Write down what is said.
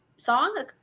song